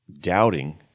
doubting